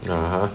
(uh huh)